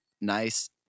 nice